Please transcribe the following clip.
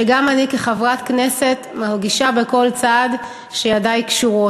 שגם אני כחברת כנסת מרגישה בכל צעד שידי קשורות.